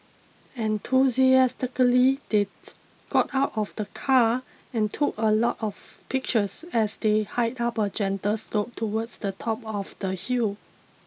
enthusiastically they got out of the car and took a lot of pictures as they hiked up a gentle slope towards the top of the hill